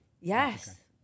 Yes